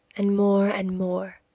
and more, and more.